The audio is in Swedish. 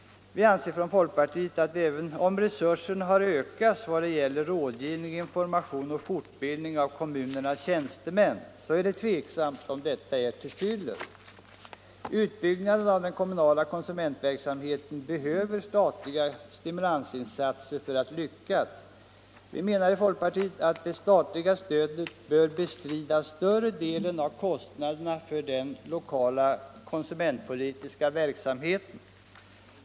Vi från folkpartiet anser att även om resurserna har ökats i fråga om rådgivning, information och fortbildning av kommunernas tjänstemän, så är det tvivelaktigt om detta är till fyllest. Utbyggnaden av den kommunala konsumentverksamheten behöver statliga stimulansinsatser för att lyckas. Vi menar i folkpartiet att det statliga stödet bör bestrida större delen av kostnaderna för den lokala konsumentpolitiska verksamheten.